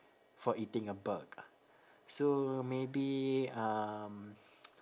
for eating a bug so maybe um